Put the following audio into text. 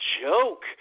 joke